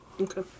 Okay